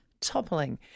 Toppling